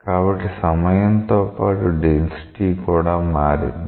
కాబట్టి సమయంతో పాటు డెన్సిటీ కూడా మారింది